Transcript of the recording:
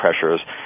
pressures